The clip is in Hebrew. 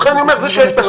לכן זה שיש בעיות,